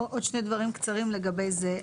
עוד שני דברים נוספים לגבי הנושא,